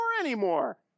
anymore